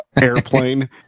airplane